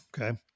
Okay